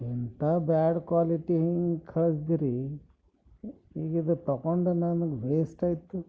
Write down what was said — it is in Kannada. ಎಂಥ ಬ್ಯಾಡ್ ಕ್ವಾಲಿಟಿ ಹಿಂಗೆ ಕಳ್ಸಿದೀರಿ ಈಗ ಇದು ತೊಗೊಂಡು ನನಗೆ ವೇಸ್ಟಾಯಿತು